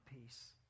peace